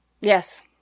Yes